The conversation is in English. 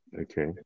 Okay